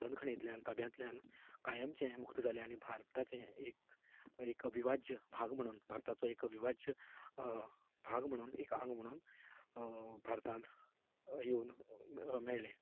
बंदखणींतल्यान ताब्यांतल्यान कायमचें मुक्त जालें आनी भारताचें एक एक अभिबाज्य भाग म्हणून भारताचो एक अभिबाज्य भाग म्हणून एक आंग म्हणून भारतांत येवन मेळ्ळें